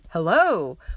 Hello